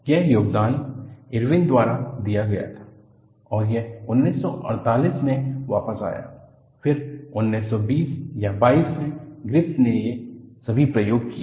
यह योगदान इरविन द्वारा दिया गया था और यह 1948 में वापस आया फिर 1920 या 22 में ग्रिफ़िथ ने ये सभी प्रयोग किए